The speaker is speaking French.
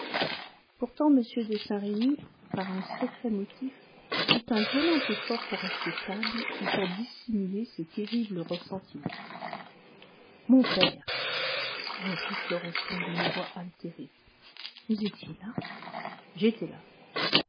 pourtant m de saint-remy par un secret motif fit un violent effort pour rester calme et pour dissimuler ses terribles ressentiments mon père reprit florestan d'une voix altérée vous étiez là j'étais là